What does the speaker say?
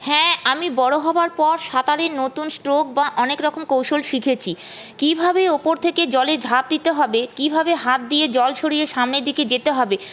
হ্যাঁ আমি বড়ো হওয়ার পর সাঁতারের নতুন স্ট্রোক বা অনেকরকম কৌশল শিখেছি কীভাবে ওপর থেকে জলে ঝাঁপ দিতে হবে কীভাবে হাত দিয়ে জল সরিয়ে সামনের দিকে যেতে হবে